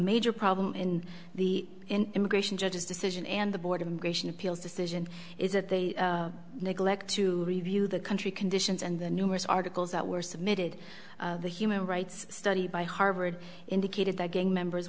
major problem in the immigration judge's decision and the board of immigration appeals decision is that they neglect to review the country conditions and the numerous articles that were submitted the human rights study by harvard indicated that gang members